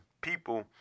people